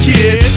Kid